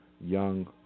young